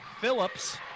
Phillips